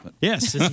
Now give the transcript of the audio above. Yes